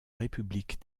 république